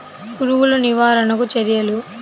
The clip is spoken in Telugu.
పురుగులు నివారణకు చర్యలు?